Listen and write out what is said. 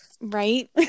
Right